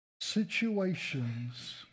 Situations